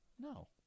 No